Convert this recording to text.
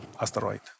asteroid